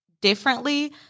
differently